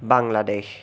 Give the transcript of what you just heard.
Bangladesh